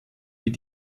wie